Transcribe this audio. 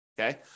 Okay